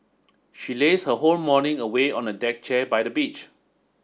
she laze her whole morning away on a deck chair by the beach